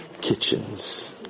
Kitchens